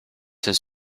his